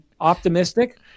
optimistic